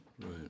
right